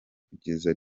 kugeza